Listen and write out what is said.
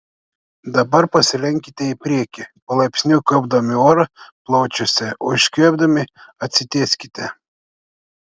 dabar pasilenkite į priekį palaipsniui kaupdami orą plaučiuose o iškvėpdami atsitieskite